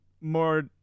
more